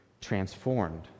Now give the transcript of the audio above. transformed